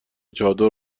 چادر